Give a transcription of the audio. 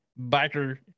biker